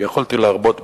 כי יכולתי להרבות בדיבור,